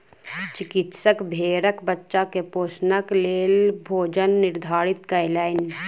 चिकित्सक भेड़क बच्चा के पोषणक लेल भोजन निर्धारित कयलैन